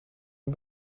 een